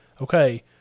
Okay